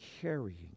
carrying